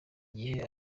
gihe